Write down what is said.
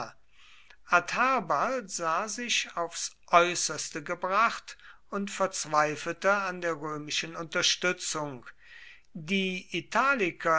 sah sich aufs äußerste gebracht und verzweifelte an der römischen unterstützung die italiker